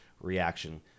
reaction